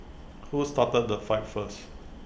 who started the fight first